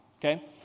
okay